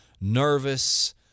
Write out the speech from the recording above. nervous